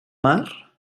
mar